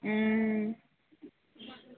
हूँ